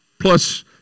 plus